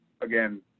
again